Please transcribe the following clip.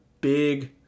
big